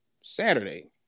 Saturday